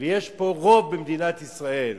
ויש פה רוב במדינת ישראל